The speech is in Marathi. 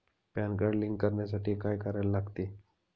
पॅन कार्ड लिंक करण्यासाठी काय करायला लागते?